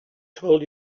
told